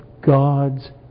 God's